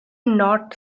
not